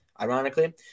ironically